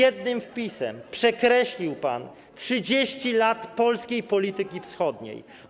Jednym wpisem przekreślił pan 30 lat polskiej polityki wschodniej.